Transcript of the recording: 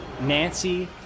Nancy